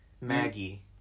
Maggie